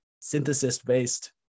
synthesis-based